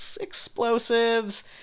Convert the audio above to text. explosives